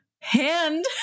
hand